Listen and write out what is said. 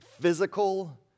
physical